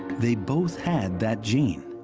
they both had that gene,